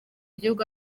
igihugu